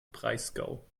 breisgau